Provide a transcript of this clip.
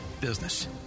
business